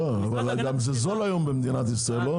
זה זול היום במדינת ישראל.